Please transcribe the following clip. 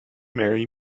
marry